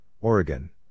Oregon